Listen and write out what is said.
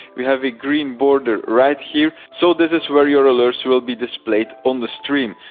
we have a green border right here, so this is where your alerts will be displayed on the stream.